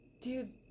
Dude